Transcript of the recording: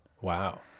Wow